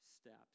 steps